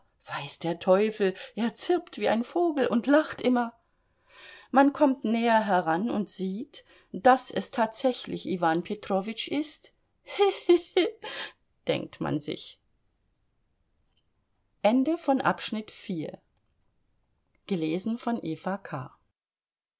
weiß der teufel er zirpt wie ein vogel und lacht immer man kommt näher heran und sieht daß es tatsächlich iwan petrowitsch ist hi hi hi denkt man sich